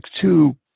two